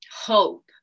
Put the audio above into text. hope